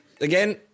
Again